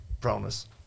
promise